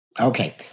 Okay